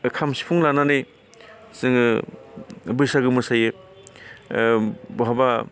खाम सिफुं लानानै जोङो बैसागो मोसायो ओ बहाबा